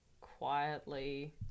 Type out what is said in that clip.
quietly